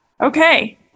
Okay